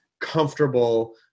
comfortable